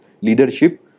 leadership